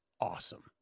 awesome